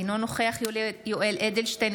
אינו נוכח יולי יואל אדלשטיין,